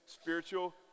spiritual